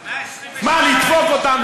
מה, לדפוק אותן?